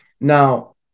Now